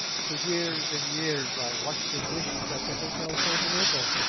for years and years i washed the dishes at the hotel continental.